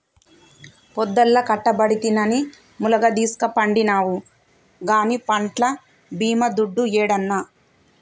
పొద్దల్లా కట్టబడితినని ములగదీస్కపండినావు గానీ పంట్ల బీమా దుడ్డు యేడన్నా